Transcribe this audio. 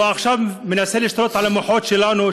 הוא עכשיו מנסה לשלוט על המוחות שלנו,